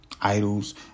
idols